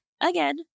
again